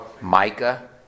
Micah